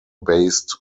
based